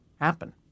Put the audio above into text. happen